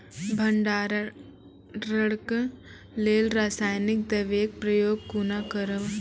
भंडारणक लेल रासायनिक दवेक प्रयोग कुना करव?